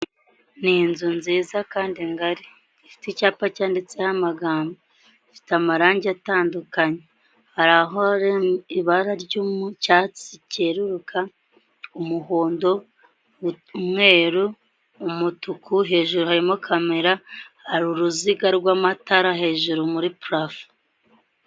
Ni inzu nziza kandi ngari ifite icyapa cyanditseho amagambo afite amarangi atandukanye aho ibara ryo mu cyatsi cyeruruka umuhondo, umweru, umutuku hejuru harimo kamera hari uruziga rw'amatara hejuru muri purafo.